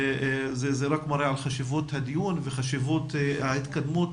זה רק מראה על חשיבות הדיון וחשיבות ההתקדמות